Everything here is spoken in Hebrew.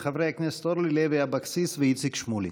לחברי הכנסת אורלי לוי אבקסיס ואיציק שמולי.